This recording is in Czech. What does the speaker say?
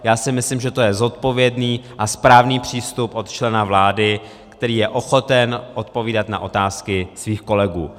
Já si myslím, že to je zodpovědný a správný přístup od člena vlády, který je ochoten odpovídat na otázky svých kolegů.